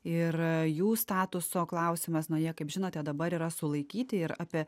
ir jų statuso klausimas nu jie kaip žinote dabar yra sulaikyti ir apie